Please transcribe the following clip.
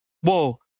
whoa